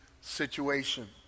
situation